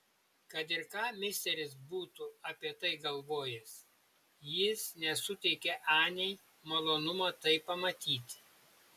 kad ir ką misteris būtų apie tai galvojęs jis nesuteikė anei malonumo tai pamatyti